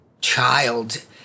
child